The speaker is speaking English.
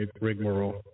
rigmarole